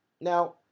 Now